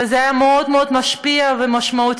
וזה היה מאוד מאוד משפיע ומשמעותי.